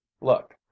look